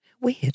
Weird